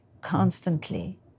constantly